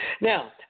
Now